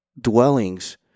dwellings